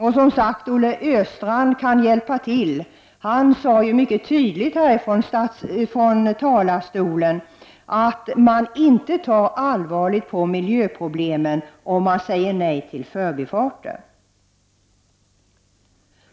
Och, som sagt, Olle Östrand kan hjälpa till — han sade mycket tydligt från talarstolen att man inte tar allvarligt på miljöproblemen om man säger nej till kringfartsleder.